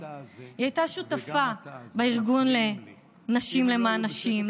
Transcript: היא הייתה שותפה בארגון לנשים למען נשים,